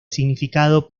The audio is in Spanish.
significado